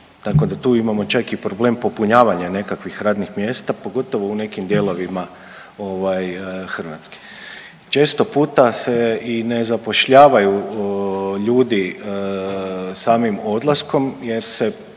tako da tu imamo čak i problem popunjavanja nekakvih radnih mjesta pogotovo u nekim dijelovima ovaj Hrvatske. Često puta se i ne zapošljavaju ljudi samim odlaskom jer se